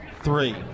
three